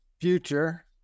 future